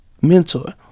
mentor